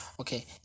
okay